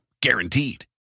Guaranteed